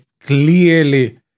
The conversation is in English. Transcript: clearly